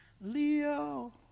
Leo